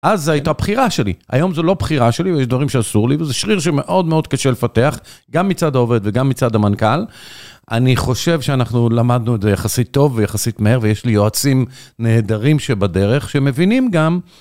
אז זו הייתה בחירה שלי, היום זו לא בחירה שלי ויש דברים שאסור לי, וזה שריר שמאוד מאוד קשה לפתח גם מצד העובד וגם מצד המנכ״ל. אני חושב שאנחנו למדנו את זה יחסית טוב ויחסית מהר, ויש לי יועצים נהדרים שבדרך, שמבינים גם...